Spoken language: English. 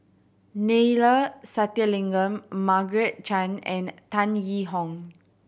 Neila Sathyalingam Margaret Chan and Tan Yee Hong